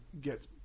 get